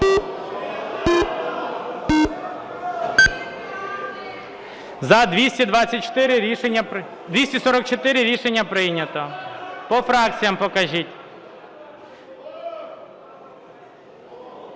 За-244 Рішення прийнято. По фракціях покажіть.